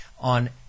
on